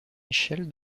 michel